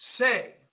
say